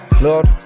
Lord